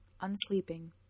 unsleeping